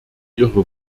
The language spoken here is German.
ihre